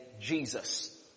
Jesus